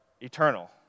eternal